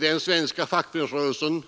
Den svenska fackföreningsrörelsen